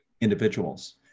individuals